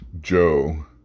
Joe